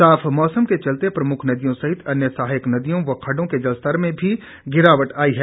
साफ मौसम के चलते प्रमुख नदियों सहित अन्य सहायक नदियों व खड्डों के जलस्तर में गिरावट आई है